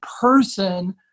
person